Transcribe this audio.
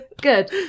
good